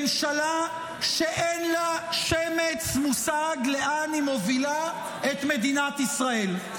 ממשלה שאין לה שמץ מושג לאן היא מובילה את מדינת ישראל.